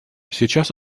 сейчас